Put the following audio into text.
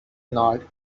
nod